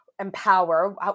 empower